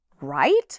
right